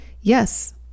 yes